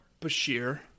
Bashir